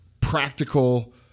practical